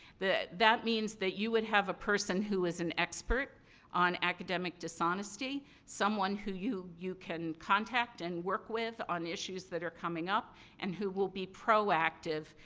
that that means that you would have a person who is an expert on academic dishonesty. someone who you you can contact and work with on issues that are coming up and who will be proactive,